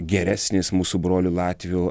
geresnis mūsų brolių latvių